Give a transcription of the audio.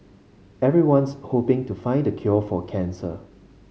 everyone's hoping to find the cure for cancer